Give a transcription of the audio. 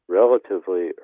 relatively